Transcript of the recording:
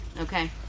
Okay